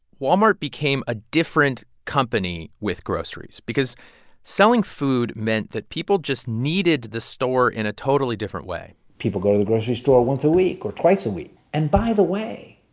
walmart became a different company with groceries because selling food meant that people just needed the store in a totally different way people go to the grocery store once a week or twice a week. and by the way,